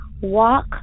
walk